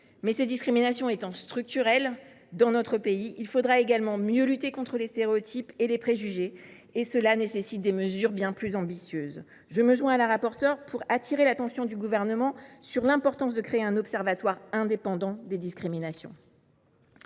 Ces discriminations étant structurelles dans notre pays, il faudra également mieux lutter contre les stéréotypes et les préjugés, ce qui nécessite des mesures bien plus ambitieuses. Je me joins à Mme la rapporteure pour appeler l’attention du Gouvernement sur l’importance de créer un observatoire indépendant des discriminations.